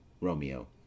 Romeo